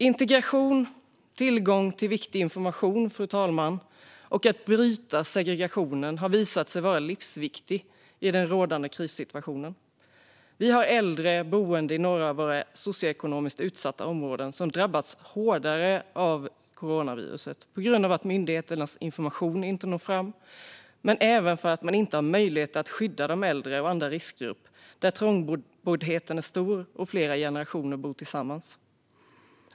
Integration, tillgång till viktig information och att bryta segregationen har visat sig vara livsviktigt i den rådande krissituationen. Vi har äldre boende i några av våra socioekonomiskt utsatta områden som drabbats hårdare av coronaviruset på grund av att myndigheternas information inte når fram men även för att man inte har möjlighet att skydda de äldre och andra riskgrupper där trångboddheten är stor och flera generationer bor tillsammans.